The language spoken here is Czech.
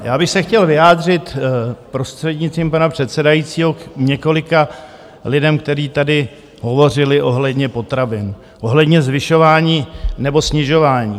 Já bych se chtěl vyjádřit, prostřednictvím pana předsedajícího, k několika lidem, kteří tady hovořili ohledně potravin, ohledně zvyšování nebo snižování.